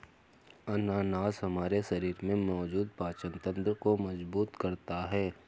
अनानास हमारे शरीर में मौजूद पाचन तंत्र को मजबूत करता है